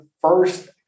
first